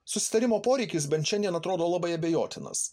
susitarimo poreikis bent šiandien atrodo labai abejotinas